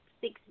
six